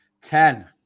Ten